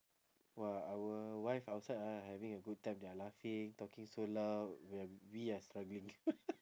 !wah! our wife outside ah having a good time they're laughing talking so loud when we are struggling